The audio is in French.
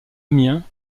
amiens